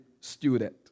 student